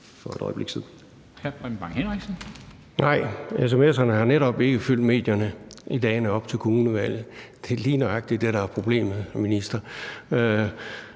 for et øjeblik siden.